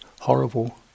horrible